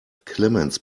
clemens